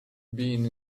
being